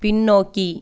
பின்னோக்கி